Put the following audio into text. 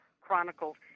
chronicles